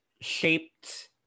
shaped